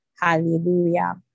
Hallelujah